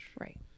Right